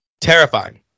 terrifying